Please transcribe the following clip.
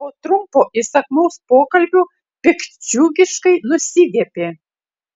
po trumpo įsakmaus pokalbio piktdžiugiškai nusiviepė